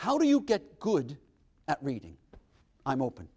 how do you get good at reading i'm open